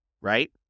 right